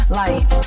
light